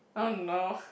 oh no